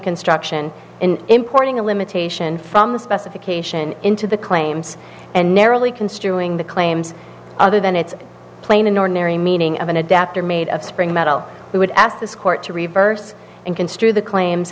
construction in importing a limitation from the specification into the claims and narrowly construing the claims other than its plain in ordinary meaning of an adapter made of spring metal we would ask this court to reverse and construe the claims